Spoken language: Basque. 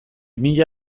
mila